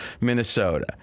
Minnesota